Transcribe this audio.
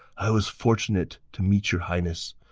i was fortunate to meet your highness.